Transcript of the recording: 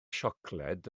siocled